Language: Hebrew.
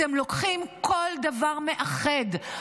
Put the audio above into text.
אתם לוקחים כל דבר מאחד,